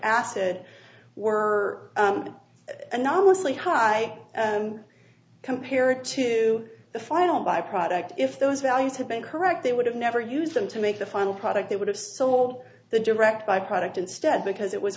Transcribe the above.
acid were enormously high compared to the final byproduct if those values had been correct they would have never used them to make the final product they would have sold the direct by product instead because it was